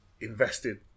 invested